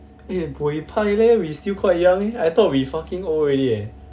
eh buay pai eh we still quite young I thought we fucking old already eh